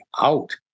out